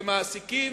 מעסיקים,